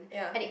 yeah